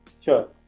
sure